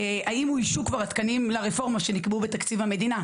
האם אוישו כבר התקנים לרפורמה שנקבעו בתקציב המדינה?